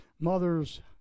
mothers